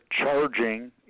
charging